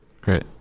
Great